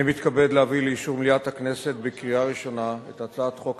אני מתכבד להביא לאישור מליאת הכנסת בקריאה ראשונה את הצעת חוק